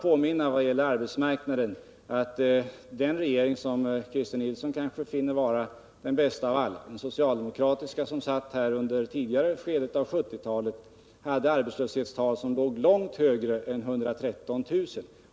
Låt mig bara vad gäller arbetsmarknaden påminna om att den regering som Christer Nilsson kanske finner vara den bästa av alla, dvs. den socialdemokratiska, under 1970-talets tidigare skede, hade arbetslöshetstal som låg långt högre än 113 000.